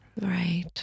right